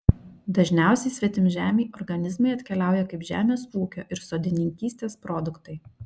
dažniausiai svetimžemiai organizmai atkeliauja kaip žemės ūkio ir sodininkystės produktai